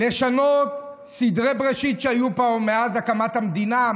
לשנות סדרי בראשית שהיו פה מאז הקמת המדינה,